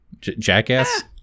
Jackass